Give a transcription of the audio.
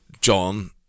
John